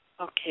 Okay